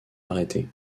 arrêtées